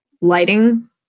lighting